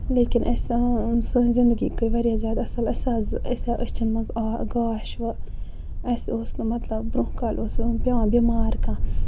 ییٚلہِ کِنۍ اَسہِ سٲنۍ زِندگی گٔے واریاہ زیادٕ اَصٕل اَسہِ حظ أسۍ آسہٕ اَسہِ آو أچھَن منٛز گاش اَسہِ اوس نہٕ مطلب برونٛہہ کالہِ اوس نہٕ پیٚوان بٮ۪مار کانٛہہ